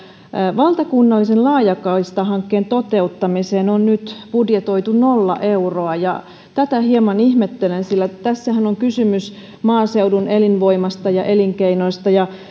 valtakunnallisen laajakaistahankkeen toteuttamiseen on nyt budjetoitu nolla euroa ja tätä hieman ihmettelen sillä tässähän on kysymys maaseudun elinvoimasta ja elinkeinoista ja